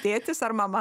tėtis ar mama